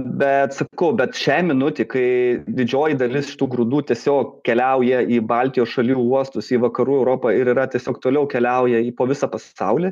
bet sakau bet šiai minutei kai didžioji dalis šitų grūdų tiesiog keliauja į baltijos šalių uostus į vakarų europą ir yra tiesiog toliau keliauja po visą pasaulį